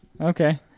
Okay